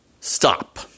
stop